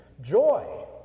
Joy